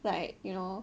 like you know